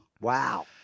Wow